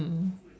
mm